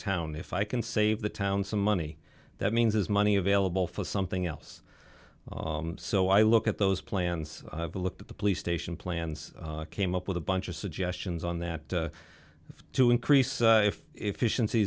town if i can save the town some money that means is money available for something else so i look at those plans to look at the police station plans came up with a bunch of suggestions on that to increase if efficienc